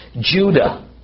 Judah